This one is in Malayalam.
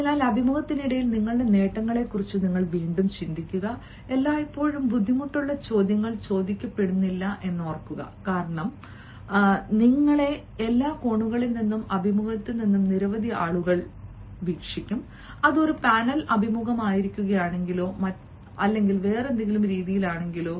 അതിനാൽ അഭിമുഖത്തിനിടയിൽ നിങ്ങളുടെ നേട്ടങ്ങളെക്കുറിച്ച് വീണ്ടും ചിന്തിക്കുക എല്ലായ്പ്പോഴും ബുദ്ധിമുട്ടുള്ള ചോദ്യങ്ങൾ ചോദിക്കപ്പെടുന്നില്ല കാരണം നിങ്ങളെ എല്ലാ കോണുകളിൽ നിന്നും അഭിമുഖത്തിൽ നിന്നും നിരവധി ആളുകൾ വിഭജിക്കും അത് ഒരു പാനൽ അഭിമുഖമായിരിക്കുകയാണെങ്കിലോ മറ്റെന്തെങ്കിലുമോ ആണെങ്കിൽ